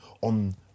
on